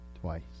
Twice